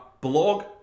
blog